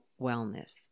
Wellness